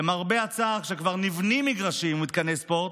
למרבה הצער, כשכבר נבנים מגרשים ומתקני ספורט,